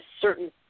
certain